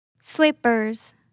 Slippers